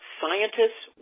scientists